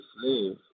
slave